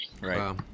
Right